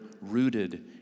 rooted